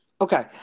Okay